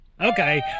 Okay